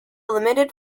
limited